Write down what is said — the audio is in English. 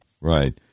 right